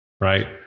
Right